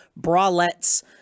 bralettes